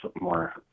more